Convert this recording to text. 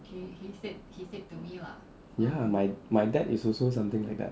ya my my dad is also something like that